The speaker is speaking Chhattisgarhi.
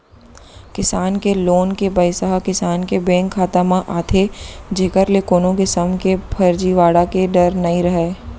किसान के लोन के पइसा ह किसान के बेंक खाता म आथे जेकर ले कोनो किसम के फरजीवाड़ा के डर नइ रहय